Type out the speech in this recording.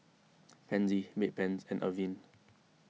Pansy Bedpans and Avene